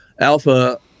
Alpha